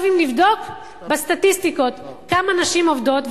אם נבדוק בסטטיסטיקות כמה נשים עובדות,